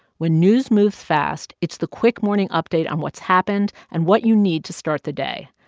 when news moves fast, it's the quick morning update on what's happened and what you need to start the day.